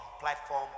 platform